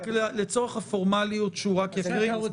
לצורך הפורמליות שהוא רק יקרא.